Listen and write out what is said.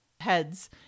heads